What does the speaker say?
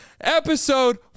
Episode